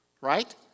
right